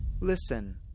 Listen